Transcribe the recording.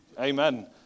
amen